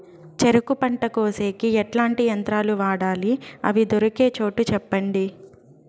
చెరుకు పంట కోసేకి ఎట్లాంటి యంత్రాలు వాడాలి? అవి దొరికే చోటు చెప్పండి?